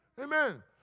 Amen